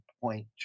point